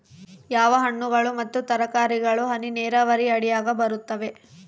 ಯಾವ ಹಣ್ಣುಗಳು ಮತ್ತು ತರಕಾರಿಗಳು ಹನಿ ನೇರಾವರಿ ಅಡಿಯಾಗ ಬರುತ್ತವೆ?